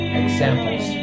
examples